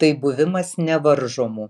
tai buvimas nevaržomu